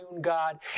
God